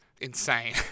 insane